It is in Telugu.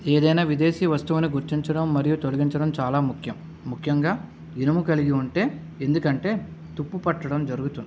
ఏదైనా విదేశీ వస్తువుని గుర్తించడం మరియు తొలగించడం చాలా ముఖ్యం ముఖ్యంగా ఇనుము కలిగి ఉంటే ఎందుకంటే తుప్పు పట్టడం జరుగుతుంది